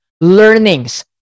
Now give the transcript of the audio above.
learnings